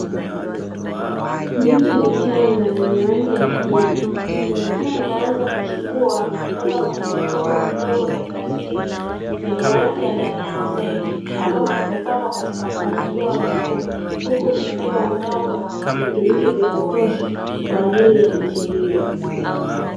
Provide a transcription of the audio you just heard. Miche michanga yenye rangi ya kijani, ikiwa imeanza kuchipua kutoka kwenye vikopo vidogo vya plastiki vyenye rangi ya damu ya mzee. Ambavyo vimepangwa katika mpangilio mzuri huku vibeba udongo wenye virutubisho vya kutosha kwa ajili ya miche iyo.